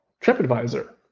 TripAdvisor